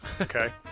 Okay